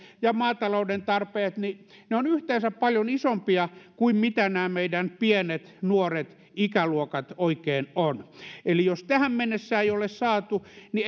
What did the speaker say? ja maatalouden tarpeet niin ne ovat yhteensä paljon isompia kuin mitä nämä meidän pienet nuoret ikäluokat oikein ovat eli jos tähän mennessä ei ole saatu niin